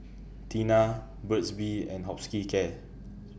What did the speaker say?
Tena Burt's Bee and Hospicare